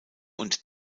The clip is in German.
und